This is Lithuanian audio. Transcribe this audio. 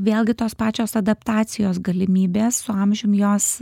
vėlgi tos pačios adaptacijos galimybės su amžium jos